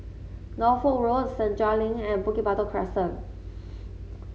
Norfolk Road Senja Link and Bukit Batok Crescent